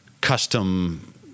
custom